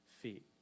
feet